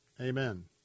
Amen